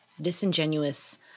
disingenuous